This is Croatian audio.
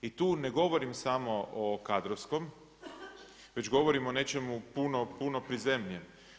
I tu ne govorim samo o kadrovskom, već govorim o nečemu puno puno prizemnijem.